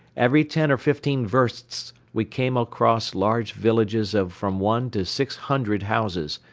every ten or fifteen versts we came across large villages of from one to six hundred houses,